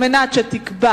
כדי שתקבע